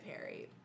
Harry